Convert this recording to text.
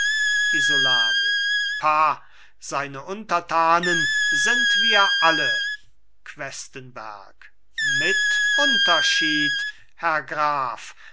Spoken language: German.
isolani pah seine untertanen sind wir alle questenberg mit unterschied herr graf